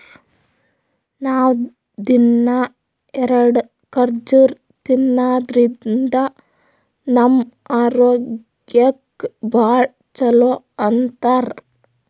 ನಾವ್ ದಿನ್ನಾ ಎರಡ ಖರ್ಜುರ್ ತಿನ್ನಾದ್ರಿನ್ದ ನಮ್ ಆರೋಗ್ಯಕ್ ಭಾಳ್ ಛಲೋ ಅಂತಾರ್